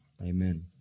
Amen